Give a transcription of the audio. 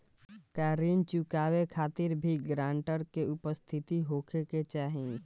का ऋण चुकावे के खातिर भी ग्रानटर के उपस्थित होखे के चाही?